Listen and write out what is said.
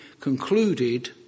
concluded